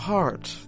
Heart